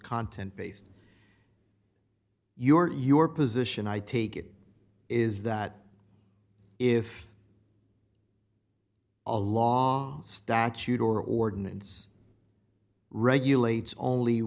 content based your your position i take it is that if a long statute or ordinance regulates only